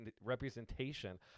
representation